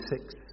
six